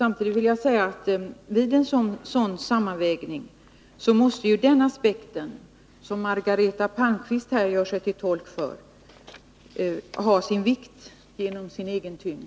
Vid en sådan sammanvägning måste också den aspekt som Margareta Palmqvist gör sig till tolk för ha en viss tyngd.